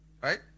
Right